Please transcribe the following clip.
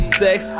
sex